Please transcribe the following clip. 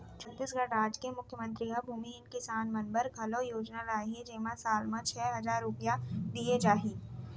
छत्तीसगढ़ राज के मुख्यमंतरी ह भूमिहीन किसान मन बर घलौ योजना लाए हे जेमा साल म छै हजार रूपिया दिये जाही